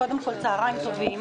קודם כול, צוהריים טובים.